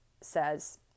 says